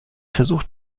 versucht